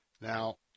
Now